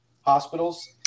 hospitals